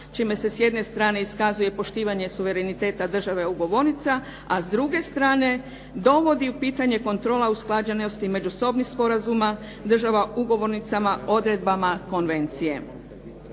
čime se s jedne strane iskazuje i poštivanje suvereniteta države ugovornica, a s druge strane dovodi u pitanje kontrola usklađenosti međusobnih sporazuma država ugovornica odredbama konvencije.